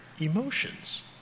emotions